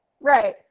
Right